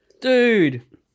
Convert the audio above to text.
dude